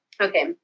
Okay